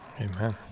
Amen